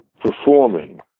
performing